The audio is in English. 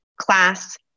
class